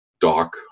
dock